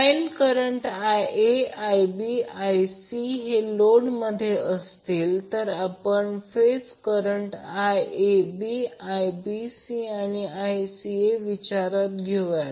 line current Ia Ib Ic हे लोडमध्ये असतील तर आपण फेज करंट IAB IBC आणि ICA विचारात घेऊया